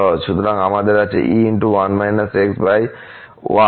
সুতরাং আমাদের আছে e 1− x 1−